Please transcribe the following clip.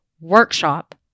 workshop